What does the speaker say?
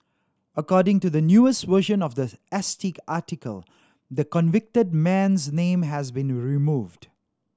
according to the newest version of the S T article the convicted man's name has been removed